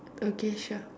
okay sure